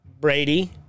Brady